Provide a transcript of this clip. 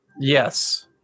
Yes